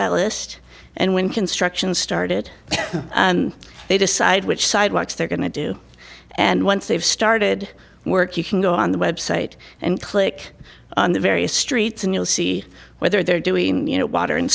that list and when construction started they decide which side works they're going to do and once they've started work you can go on the website and click on the various streets and you'll see whether they're doing you know water and